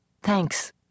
Thanks